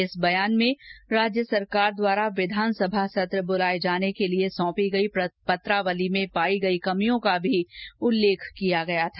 इस बयान में राज्य सरकार द्वारा विधानसभा सत्र बुलाए जाने के लिए सौंपी गई पत्रावली में पायी गयी कभियों का भी उल्लेख किया था